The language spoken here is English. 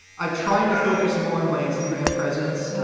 i'm trying to focus more on my instagram presence.